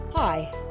Hi